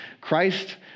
Christ